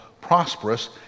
prosperous